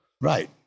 Right